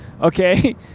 okay